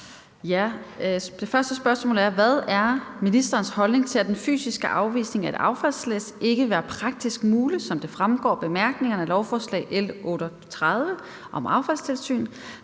Hvad er ministerens holdning til, at den fysiske afvisning af et affaldslæs ikke vil være praktisk muligt, som det fremgår af bemærkningerne til lovforslag nr. L 38 om affaldstilsyn,